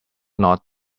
not